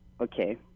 okay